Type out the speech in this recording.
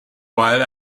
while